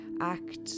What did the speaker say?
Act